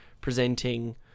presenting